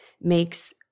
makes